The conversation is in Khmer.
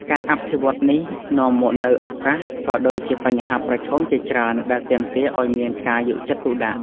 ការអភិវឌ្ឍនេះនាំមកនូវឱកាស ក៏ដូចជាបញ្ហាប្រឈមជាច្រើនដែលទាមទារឲ្យមានការយកចិត្តទុកដាក់។